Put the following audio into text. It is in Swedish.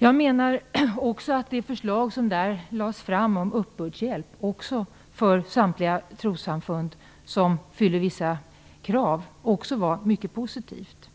Jag menar också att det förslag som där lades fram om uppbördshjälp också för samtliga trossamfund som uppfyller vissa krav var mycket positivt.